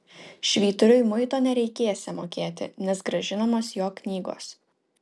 švyturiui muito nereikėsią mokėti nes grąžinamos jo knygos